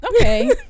okay